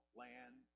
land